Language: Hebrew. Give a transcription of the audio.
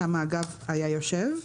שם האגף ישב.